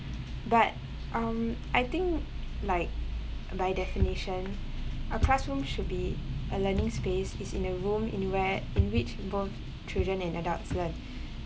but um I think like by definition a classroom should be a learning space is in the room in where in which both children and adults learn